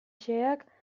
xeheak